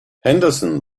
henderson